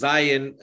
Zion